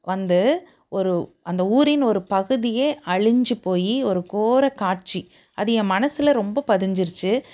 வந்து ஒரு அந்த ஊரின் ஒரு பகுதியே அழிஞ்சு போய் ஒரு கோர காட்சி அது என் மனசில் ரொம்ப பதிஞ்சிருச்சு